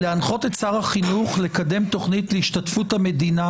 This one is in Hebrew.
להנחות את שר החינוך לקדם תוכנית להשתתפות המדינה